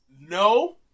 No